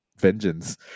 vengeance